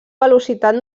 velocitat